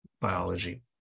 biology